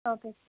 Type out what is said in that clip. okay